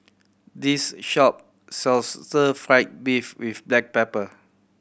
this shop sells Stir Fry beef with black pepper